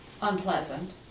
unpleasant